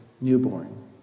newborn